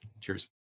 Cheers